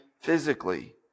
physically